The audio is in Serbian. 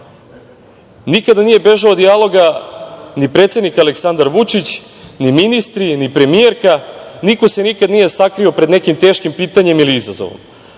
Nikada nije bežao od dijaloga ni predsednik Aleksandar Vučić, ni ministri, ni premijerka. Niko se nikad nije sakrio pred nekim teškim pitanjem ili izazovom,